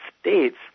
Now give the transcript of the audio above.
states